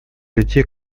людей